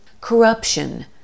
Corruption